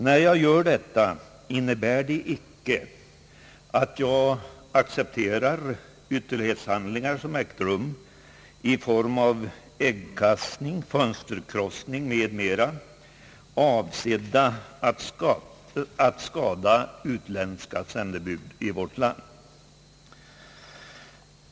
När jag gör detta innebär det icke att jag accepterar ytterlighetshandlingar som ägt rum i form av äggkastning, fönsterkrossning m.m., avsedda att skada utländska sändebud i Sverige.